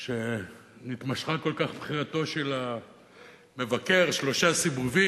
כי נתמשכה כל כך בחירתו של המבקר, שלושה סיבובים.